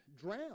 drown